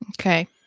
Okay